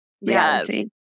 reality